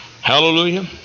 Hallelujah